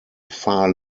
far